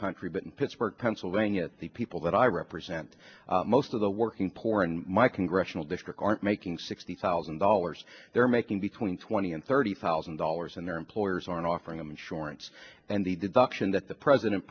country but in pittsburgh pennsylvania the people that i represent most of the working poor in my congressional district aren't making sixty thousand dollars they're making between twenty and thirty thousand dollars and their employers aren't offering them insurance and the deduction that the president